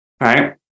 right